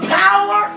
power